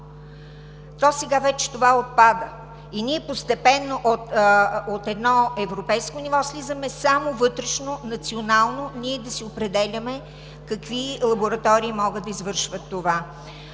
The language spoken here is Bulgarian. то сега вече това отпада. И ние постепенно слизаме от едно европейско ниво, само вътрешно, национално ние да си определяме какви лаборатории могат да извършват това.